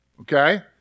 Okay